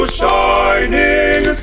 shining